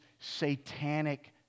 satanic